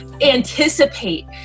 anticipate